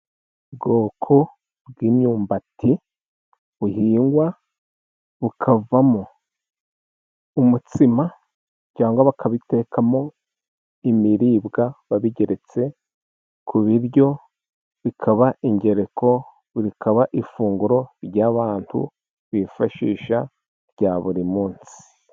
Ubwoko bw'imyumbati buhingwa bukavamo umutsima cyangwa bakabitekamo imiribwa babigeretse ku biryo, bikaba ingereko, bikaba ifunguro ry'abantu bifashisha rya buri munsi.